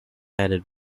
headed